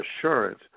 assurance